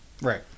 Right